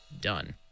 done